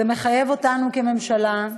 זה מחייב אותנו, כממשלה,